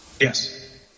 Yes